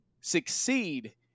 succeed